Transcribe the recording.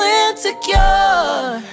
insecure